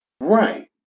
Right